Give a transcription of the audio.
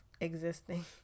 existing